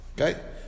Okay